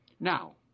now